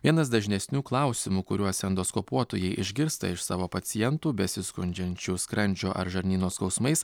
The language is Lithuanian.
vienas dažnesnių klausimų kuriuos endoskopuotojai išgirsta iš savo pacientų besiskundžiančių skrandžio ar žarnyno skausmais